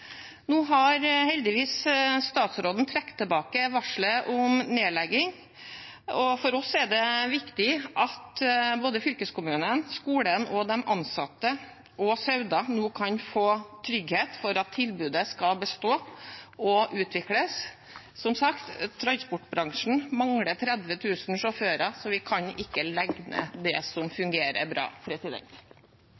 Nå har heldigvis statsråden trukket tilbake varslet om nedlegging, og for oss er det viktig at både fylkeskommunen, skolen, de ansatte og Sauda nå kan få trygghet for at tilbudet skal bestå og utvikles. Som sagt: Transportbransjen mangler 30 000 sjåfører, så vi kan ikke legge ned det som